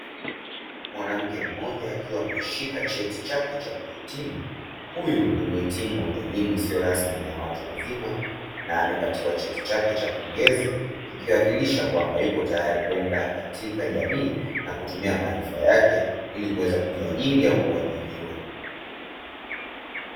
Mwanamke mmoja akiwa ameshika cheti chake cha kuhitioimu, Huyu ni mhitimu wa elimu isiyo rasmi na yawatu wazima na amepatiwa cheti chake cha pongezi kikiwakilisha kwamba yuko tayali kwenda katika jamii nakutumia maarifa yake ili kuweza kujiajili au kuajiliwa.